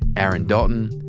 aaron dalton,